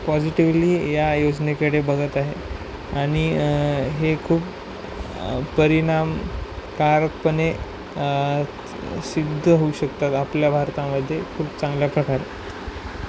positively या योजनेकडे बघत आहे आणि हे खूप परिणामकारकपणे सिद्ध होऊ शकतात आपल्या भारतामध्ये खूप चांगल्या प्रकारे